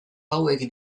hauek